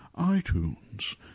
iTunes